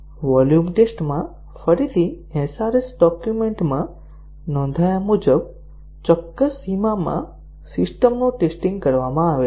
volume ટેસ્ટમાં ફરીથી SRS ડોક્યુમેન્ટમાં નોંધાયા મુજબ ચોક્કસ સીમામાં સિસ્ટમનું ટેસ્ટીંગ કરવામાં આવે છે